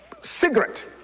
cigarette